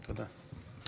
תודה.